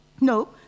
No